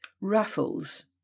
Raffles